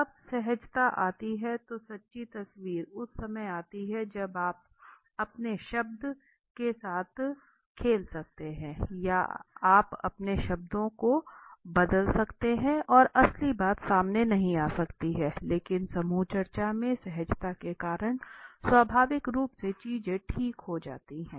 जब सहजता आती है तो सच्ची तस्वीर उस समय आती है जब आप अपने शब्द के साथ खेल सकते हैं या आप अपने शब्दों को बदल सकते हैं और असली बात सामने नहीं आ सकती है लेकिन समूह चर्चा में सहजता के कारण स्वाभाविक रूप से चीजें ठीक हो जाती हैं